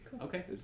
Okay